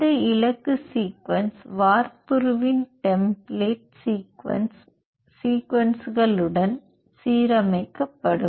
அந்த இலக்கு சீக்வென்ஸ் வார்ப்புருவின் டெம்ப்ளேட் சீக்வென்ஸ் களுடன் சீரமைக்கப்படும்